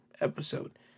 episode